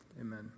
Amen